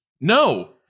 No